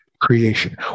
creation